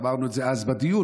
ואמרנו את זה אז בדיון,